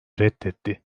reddetti